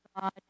god